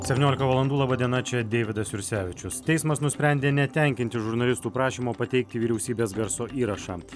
septyniolika valandų laba diena čia deividas jursevičius teismas nusprendė netenkinti žurnalistų prašymo pateikti vyriausybės garso įrašą